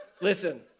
Listen